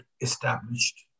established